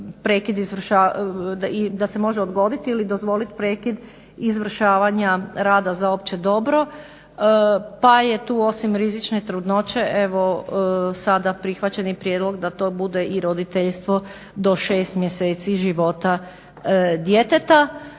prekid izvršavanja rada za opće dobro pa je tu osim rizične trudnoće evo sada prihvaćen i prijedlog da to bude i roditeljstvo do 6 mjeseci života djeteta.